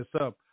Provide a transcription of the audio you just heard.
up